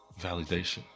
validation